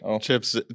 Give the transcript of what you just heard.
Chips